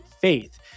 Faith